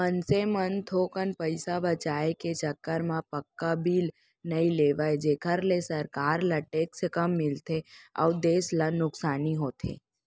मनसे मन थोकन पइसा बचाय के चक्कर म पक्का बिल नइ लेवय जेखर ले सरकार ल टेक्स कम मिलथे अउ देस ल नुकसानी होथे